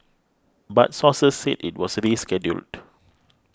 but sources said it was rescheduled